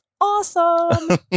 awesome